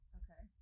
okay